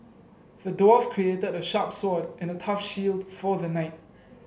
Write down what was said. the dwarf a sharp sword and a tough shield for the knight